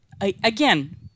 again